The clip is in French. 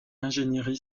ingénierie